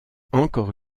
encore